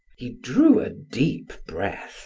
he drew a deep breath